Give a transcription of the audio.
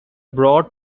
broad